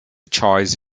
choice